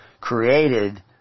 created